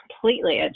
completely